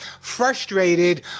frustrated